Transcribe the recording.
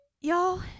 Y'all